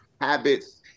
habits